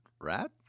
rat